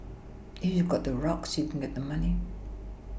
if you've got the rocks you can get the money